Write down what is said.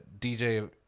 DJ